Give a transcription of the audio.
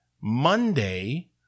Monday